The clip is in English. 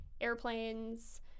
airplanes